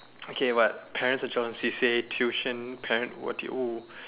okay but parents C_C_A tuition parent what do you oh